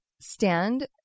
stand